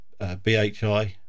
BHI